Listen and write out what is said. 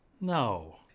No